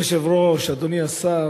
אדוני היושב-ראש, אדוני השר,